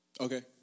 Okay